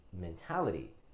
mentality